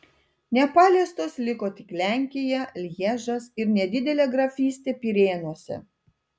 nepaliestos liko tik lenkija lježas ir nedidelė grafystė pirėnuose